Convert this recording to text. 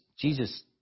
Jesus